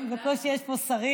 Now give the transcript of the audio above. הם, בקושי יש פה שרים.